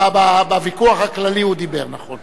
בוויכוח הכללי הוא דיבר, נכון.